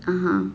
(uh huh)